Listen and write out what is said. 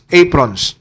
aprons